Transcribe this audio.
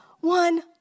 one